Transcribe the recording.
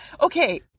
okay